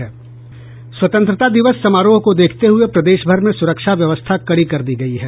स्वतंत्रता दिवस समारोह को देखते हुए प्रदेश भर में सुरक्षा व्यवस्था कड़ी कर दी गयी है